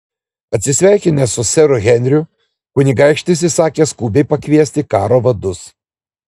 atsisveikinęs su seru henriu kunigaikštis įsakė skubiai pakviesti karo vadus